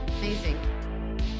Amazing